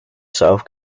south